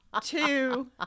Two